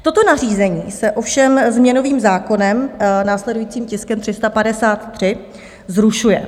Toto nařízení se ovšem změnovým zákonem, následujícím tiskem 353, zrušuje.